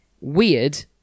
Weird